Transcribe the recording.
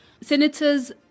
Senators